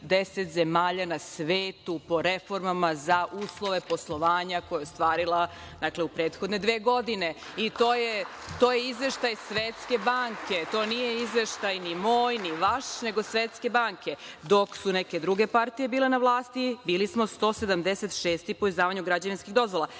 10 zemalja na svetu po reformama za uslove poslovanja koje je ostvarila u prethodne dve godine. To je izveštaj Svetske banke, to nije izveštaj ni moj, ni vaš, nego Svetske banke. Dok su neke druge partije bile na vlasti bilo smo 176 po izdavanju građevinskih dozvola.